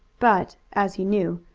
but, as he knew,